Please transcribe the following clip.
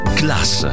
class